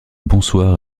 bonsoir